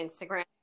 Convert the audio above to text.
Instagram